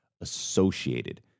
associated